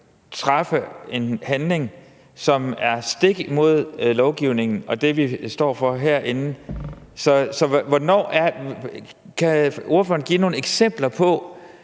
træffe en beslutning, som er stik imod lovgivningen og det, vi står for herinde. Kan ordføreren give nogle eksempler på,